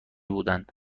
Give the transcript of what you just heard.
بود